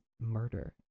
murder